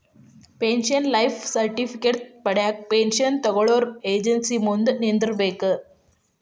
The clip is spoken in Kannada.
ಪೆನ್ಷನ್ ಲೈಫ್ ಸರ್ಟಿಫಿಕೇಟ್ ಪಡ್ಯಾಕ ಪೆನ್ಷನ್ ತೊಗೊನೊರ ಏಜೆನ್ಸಿ ಮುಂದ ನಿಂದ್ರಬೇಕ್